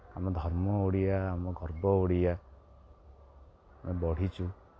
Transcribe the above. ଆମ ଧର୍ମ ଓଡ଼ିଆ ଆମ ଗର୍ବ ଓଡ଼ିଆ ଆମେ ବଢ଼ିଛୁ